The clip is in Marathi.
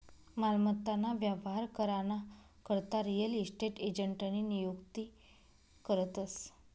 मालमत्ता ना व्यवहार करा ना करता रियल इस्टेट एजंटनी नियुक्ती करतस